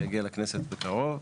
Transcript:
שיגיע לכנסת בקרוב,